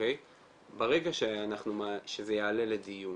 ברגע שזה יעלה לדיון